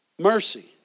Mercy